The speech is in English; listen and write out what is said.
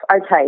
okay